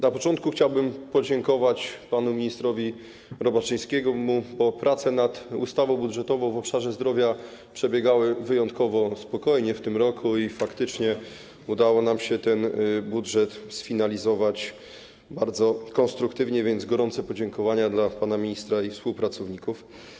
Na początku chciałbym podziękować panu ministrowi Robaczyńskiemu, bo prace nad ustawą budżetową w obszarze zdrowia przebiegały wyjątkowo spokojnie w tym roku i faktycznie udało nam się ten budżet sfinalizować bardzo konstruktywnie, więc gorące podziękowania dla pana ministra i współpracowników.